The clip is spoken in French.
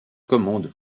commande